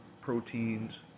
proteins